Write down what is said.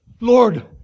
Lord